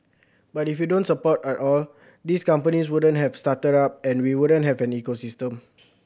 but if you don't support at all these companies wouldn't have started up and we wouldn't have an ecosystem